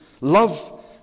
Love